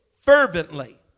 fervently